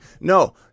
no